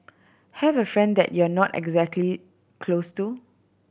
have a friend that you're not exactly close to